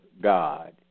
God